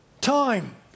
time